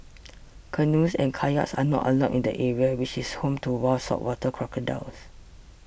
canoes and kayaks are not allowed in the area which is home to wild saltwater crocodiles